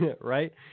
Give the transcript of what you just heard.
Right